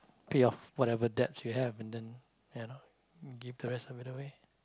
pay off whatever debts you have and then and give the rest of it away